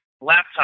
laptop